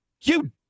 You